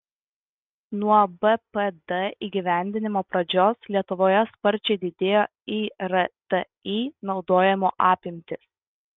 nuo bpd įgyvendinimo pradžios lietuvoje sparčiai didėjo irti naudojimo apimtys